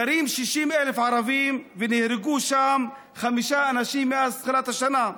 גרים 60,000 ערבים ונהרגו שם חמישה אנשים מאז תחילת השנה,